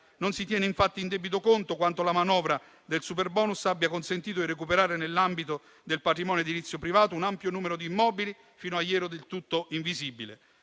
non si tiene infatti in debito conto quanto la manovra del superbonus abbia consentito di recuperare nell'ambito del patrimonio edilizio privato (un ampio numero di immobili fino a ieri del tutto invisibile).